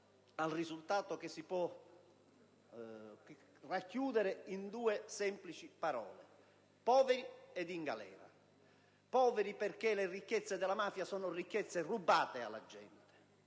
al risultato che si può racchiudere in due semplici parole: poveri ed in galera. Poveri perché le ricchezze della mafia sono rubate alla gente.